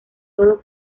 sólo